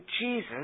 Jesus